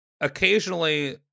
occasionally